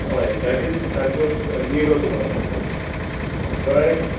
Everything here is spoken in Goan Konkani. हय डॅट इज सारको निरो तुका सारको कळ्ळें